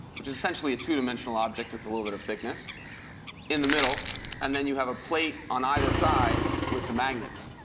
which is essentially a two dimensional object with a little bit of thickness in the middle and then you have a plate on either side with the magnets,